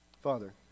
Father